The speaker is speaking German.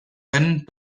wenn